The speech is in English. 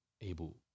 able